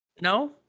no